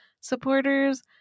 supporters